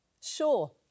Sure